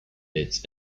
its